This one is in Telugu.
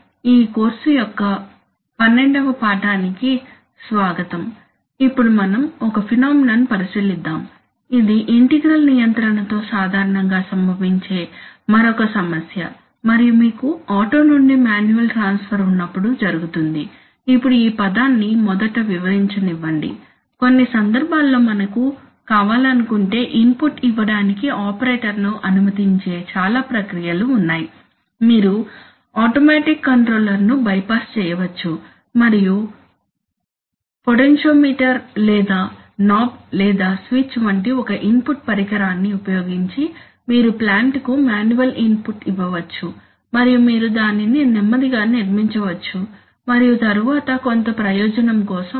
శుభోదయం PID నియంత్రణపై ఈ కోర్సు యొక్క 12 వ పాఠానికి స్వాగతం ఇప్పుడు మనం ఒక ఫెనొమెనొన్ పరిశీలిద్దాం ఇది ఇంటిగ్రల్ నియంత్రణ తో సాధారణంగా సంభవించే మరొక సమస్య మరియు మీకు ఆటో నుండి మాన్యువల్ ట్రాన్స్ఫర్ ఉన్నప్పుడు జరుగుతుంది ఇప్పుడు ఈ పదాన్ని మొదట వివరించనివ్వండి కొన్ని సందర్భాల్లో మనకు కావాలనుకుంటే ఇన్పుట్ ఇవ్వడానికి ఆపరేటర్ను అనుమతించే చాలా ప్రక్రియలు ఉన్నాయి మీరు ఆటోమేటిక్ కంట్రోలర్ను బైపాస్ చేయవచ్చు మరియు పొటెన్టోమీటర్ లేదా నాబ్ లేదా స్విచ్ వంటి ఒక ఇన్పుట్ పరికరాన్ని ఉపయోగించి మీరు ప్లాంట్కు మాన్యువల్ ఇన్పుట్ ఇవ్వవచ్చు మరియు మీరు దానిని నెమ్మదిగా నిర్మించవచ్చు మరియు తరువాత కొంత ప్రయోజనం కోసం